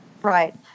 Right